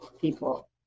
people